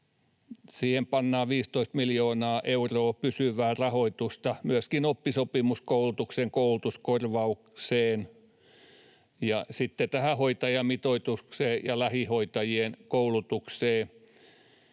malliin pannaan 15 miljoonaa euroa pysyvää rahoitusta, myöskin oppisopimuskoulutuksen koulutuskorvaukseen ja sitten tähän hoitajamitoitukseen ja lähihoitajien koulutukseen.